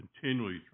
continually